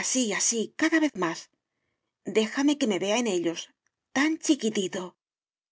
así así cada vez más déjame que me vea en ellos tan chiquitito